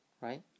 Right